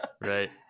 Right